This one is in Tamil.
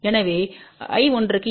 எனவே I1க்கு என்ன சமம்